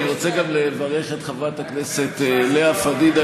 אני רוצה גם לברך את חברת הכנסת לאה פדידה